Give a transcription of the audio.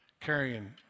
carrying